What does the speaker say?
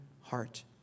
heart